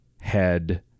head